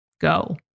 go